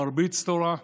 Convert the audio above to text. מרביץ תורה,